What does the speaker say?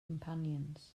companions